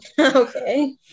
Okay